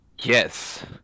Yes